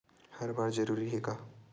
हर बार जरूरी हे का?